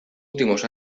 últimos